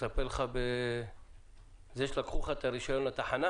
לטפל בזה שלקחו לך את הרישיון לתחנה?